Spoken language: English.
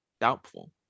doubtful